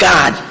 God